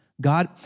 God